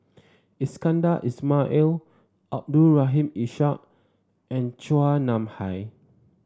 Iskandar Ismail Abdul Rahim Ishak and Chua Nam Hai